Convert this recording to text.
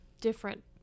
different